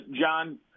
John